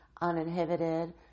uninhibited